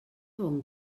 bon